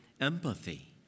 empathy